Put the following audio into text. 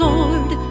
Lord